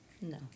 No